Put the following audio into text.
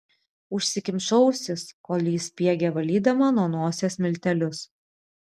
užsikimšau ausis kol ji spiegė valydama nuo nosies miltelius